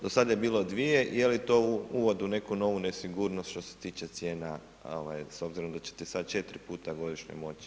Do sada je bilo 2 i je li to u uvodu neku novu nesigurnost što se tiče cijena s obzirom da ćete sada 4 puta godišnje moći?